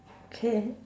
okay